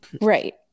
Right